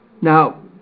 Now